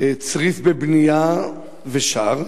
צריף בבנייה ושער.